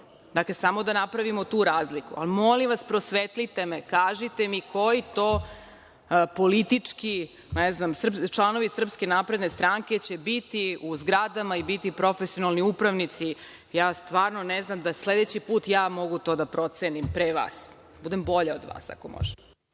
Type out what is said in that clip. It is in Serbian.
Dakle, samo da napravimo tu razliku. Ali, molim vas prosvetli te me, kaži te mi koji to politički, ne znam, članovi SNS će biti u zgradama i biti profesionalni upravnici? Ja stvarno ne znam, da sledeći put ja mogu to da procenim pre vas. Da budem bolja od vas, ako može.